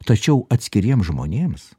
tačiau atskiriems žmonėms